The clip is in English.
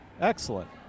Excellent